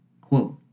Quote